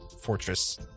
fortress